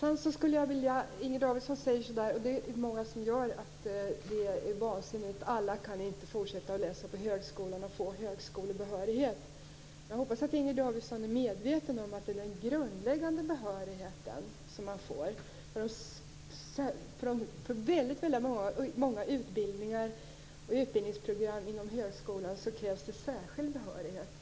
Inger Davidson säger - det är det många som gör - att alla inte kan få högskolebehörighet för att fortsätta läsa på högskolan. Det vore vansinnigt. Jag hoppas att Inger Davidson är medveten om att det är den grundläggande behörigheten man får. För väldigt många utbildningar och program inom högskolan krävs det särskild behörighet.